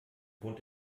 wohnt